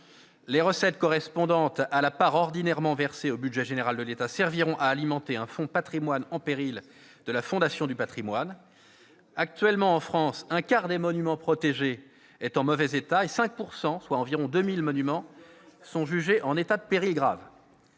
Les recettes correspondant à la part ordinairement versée au budget général de l'État serviront à alimenter un fonds « patrimoine en péril » de la Fondation du patrimoine. Actuellement, en France, 25 % des monuments protégés sont en mauvais état et 5 %, soit environ 2 000 monuments, sont jugés en état de péril grave.